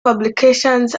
publications